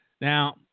Now